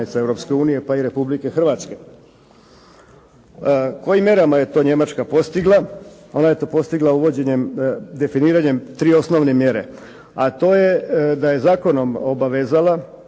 Europske unije pa i Republike Hrvatske. Kojim mjerama je to Njemačka postigla, ona je to postigla uvođenjem, definiranjem tri osnovne mjere, a to je da je zakonom obavezala